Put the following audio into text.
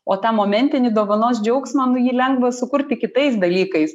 o tą momentinį dovanos džiaugsmą nu jį lengva sukurti kitais dalykais